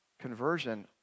conversion